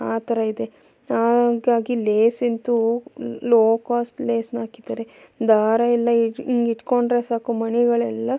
ಆ ಥರ ಇದೆ ಹಾಗಾಗಿ ಲೇಸ್ ಅಂತೂ ಲೋ ಕ್ವಾಸ್ಟ್ ಲೇಸ್ನ ಹಾಕಿದ್ದಾರೆ ದಾರ ಎಲ್ಲ ಹಿಂಗೆ ಇಟ್ಕೊಂಡ್ರೆ ಸಾಕು ಮಣಿಗಳೆಲ್ಲ